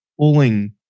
pulling